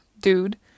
dude